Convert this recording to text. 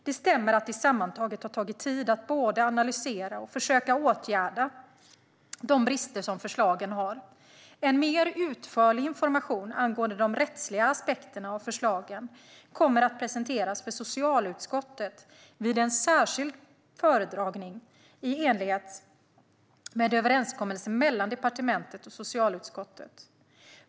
Det stämmer att det sammantaget har tagit tid att både analysera och försöka åtgärda de brister förslagen har. En mer utförlig information angående de rättsliga aspekterna av förslagen kommer att presenteras för socialutskottet vid en särskild föredragning i enlighet med överenskommelse mellan departementet och socialutskottet.